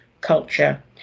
culture